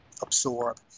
absorb